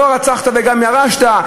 לא רצחת וגם ירשת,